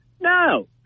No